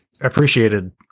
appreciated